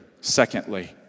secondly